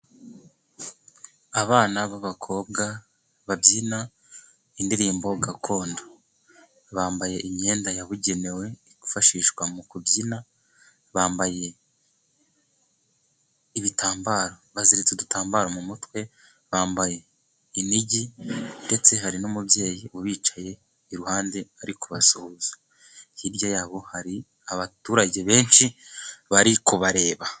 Abana b'abakobwa, babyina indirimbo gakondo bambaye imyenda yabugenewe yifashishwa mu kubyina, bambaye ibitambaro, baziritse udutambaro mu mutwe, bambaye inigi ndetse hari n'umubyeyi ubicaye iruhande ari ku basuhuza, hirya yabo hari abaturage benshi bari kubareba.